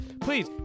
please